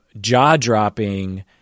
jaw-dropping